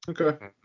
Okay